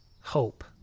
hope